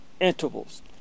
intervals